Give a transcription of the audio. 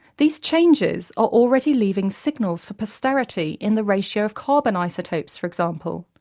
these changes are already leaving signals for posterity in the ratio of carbon isotopes, for example.